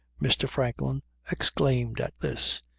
mr. franklin exclaimed at this.